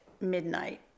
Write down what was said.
midnight